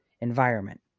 environment